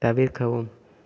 தவிர்க்கவும்